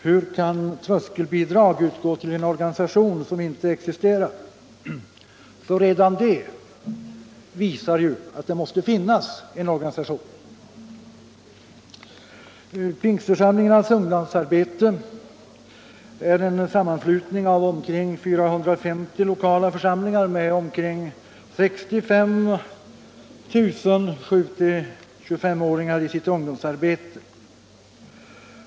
Hur kan tröskelbidrag utgå till en organisation som inte existerar? Redan det visar ju att det måste finnas en organisation. Pingstförsamlingarnas ungdomsarbete är en sammanslutning av omkring 450 lokala församlingar med omkring 65 000 7-25-åringar i sitt ungdomsarbete.